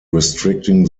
restricting